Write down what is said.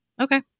Okay